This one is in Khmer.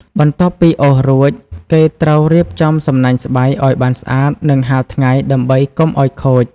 បន្ទាប់ពីអូសរួច គេត្រូវរៀបចំសំណាញ់ស្បៃឲ្យបានស្អាត និងហាលថ្ងៃ ដើម្បីកុំឲ្យខូច។